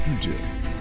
today